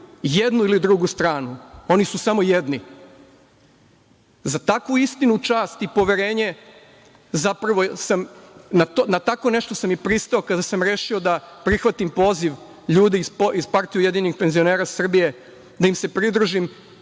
jednu ili drugu stranu. Oni su samo jedni. Za takvu istinu, čast i poverenje, zapravo sam na tako nešto i pristao kada sam rešio da prihvatim poziv ljudi iz PUPS-a, da im se pridružim